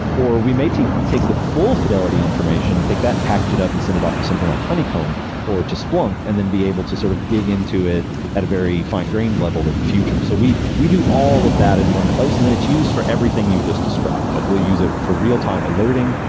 or we may take the full fidelity information and take that and package it up and send it off to something like honeycomb or to splunk and then be able to sort of dig into it at a very fine-grained level in the future. so we we do all of that in one place and then it's used for everything you just described like we'll use it for real-time alerting,